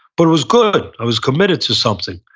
but it was good. i was committed to something.